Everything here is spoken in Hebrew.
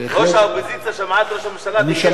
ראש האופוזיציה שמעה את ראש הממשלה בקשב רב.